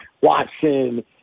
Watson